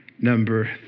number